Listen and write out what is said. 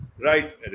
right